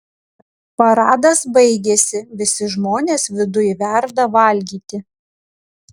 paradas baigėsi visi žmonės viduj verda valgyti